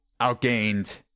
outgained